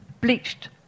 bleached